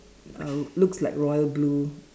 uh looks like royal blue